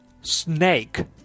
snake